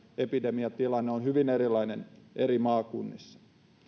epidemiatilanne on hyvin erilainen eri maakunnissa